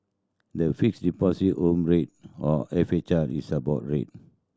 the Fixed Deposit Home Rate or F H R is a board rate